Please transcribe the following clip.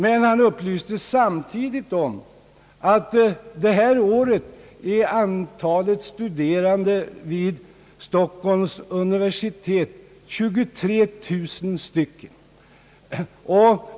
Men han upplyste samtidigt om att antalet studerande vid Stockholms universitet detta år är 23 000.